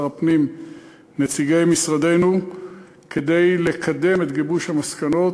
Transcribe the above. שר הפנים ונציגי משרדנו כדי לקדם את גיבוש המסקנות.